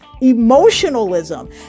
emotionalism